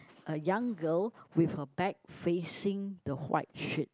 a young girl with her bag facing the white sheet